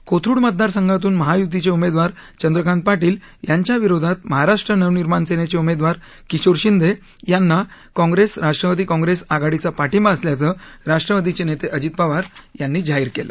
कोथरुड मतदार संघातून महायुतीचे उमेदवार चंद्रकांत पाटील यांच्याविरोधात महाराष्ट्र नवनिर्माण सेनेचे उमेदवार किशोर शिंदे यांना काँग्रेस राष्ट्रवादी काँग्रेस आघाडीचा पाठिंबा असल्याचं राष्ट्रवादीचे नेते अजित पवार यांनी जाहीर केलं